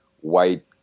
white